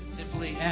simply